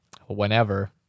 whenever